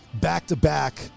back-to-back